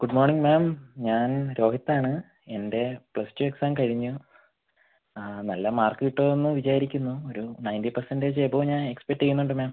good morning ma'am ഞാൻ രോഹിത്താണ് എൻ്റെ പ്ലസ്ടു എക്സാം കഴിഞ്ഞു നല്ല മാർക്ക് കിട്ടുമെന്ന് വിചാരിക്കുന്നു ഒരു നയൻ്റി പെർസെൻ്റേജ് എബോവ് ഞാൻ എക്സ്പെക്ട് ചെയ്യുന്നുണ്ട് മാം